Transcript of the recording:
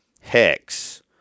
Hex